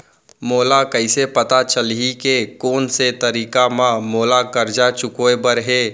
मोला कइसे पता चलही के कोन से तारीक म मोला करजा चुकोय बर हे?